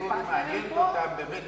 שהציונות מעניינת אותם באמת